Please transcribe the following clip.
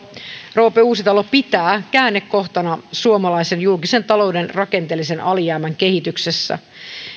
roope uusitalo pitävät käännekohtana suomalaisen julkisen talouden rakenteellisen alijäämän kehityksessä